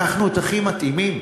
לקחנו את הכי מתאימים.